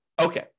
Okay